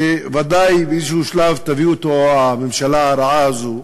שוודאי באיזשהו שלב תביא אותו הממשלה הרעה הזו,